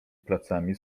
placami